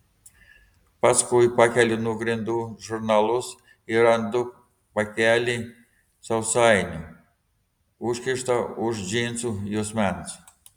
paskui pakeliu nuo grindų žurnalus ir randu pakelį sausainių užkištą už džinsų juosmens